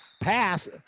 pass